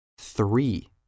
Three